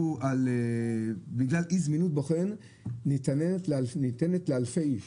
שהוא בגלל אי זמינות בוחן ניתנת לאלפי איש,